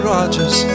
Rogers